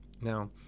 Now